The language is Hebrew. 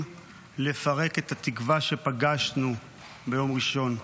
לפרק את התקווה שפגשנו ביום ראשון.